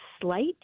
slight